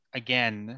again